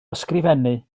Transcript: ysgrifennu